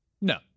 No